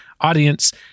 audience